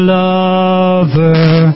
lover